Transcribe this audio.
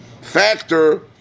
factor